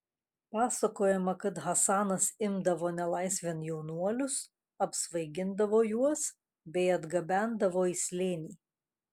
pasakojama kad hasanas imdavo nelaisvėn jaunuolius apsvaigindavo juos bei atgabendavo į slėnį